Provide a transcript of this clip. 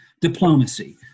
Diplomacy